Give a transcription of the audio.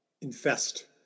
infest